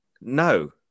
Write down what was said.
No